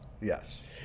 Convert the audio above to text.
Yes